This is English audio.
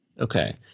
Okay